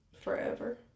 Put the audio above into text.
Forever